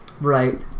Right